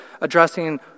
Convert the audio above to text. addressing